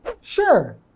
sure